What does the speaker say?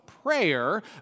Prayer